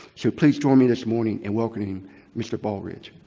so please join me this morning in welcoming mr. baldridge.